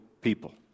people